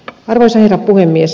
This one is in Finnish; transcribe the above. arvoisa herra puhemies